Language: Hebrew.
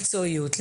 ומקצועיות.